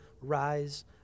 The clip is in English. rise